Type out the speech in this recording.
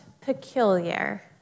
peculiar